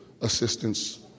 assistance